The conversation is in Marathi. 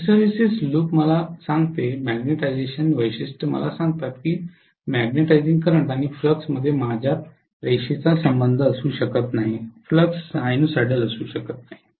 हिस्टरेसिस लूप मला सांगते मॅग्निटायझेशन वैशिष्ट्ये मला सांगतात की मॅग्नेटिझिंग करंट आणि फ्लक्समध्ये माझ्यात रेषेचा संबंध असू शकत नाही फ्लक्स सिनुसायडल असू शकत नाही